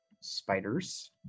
spiders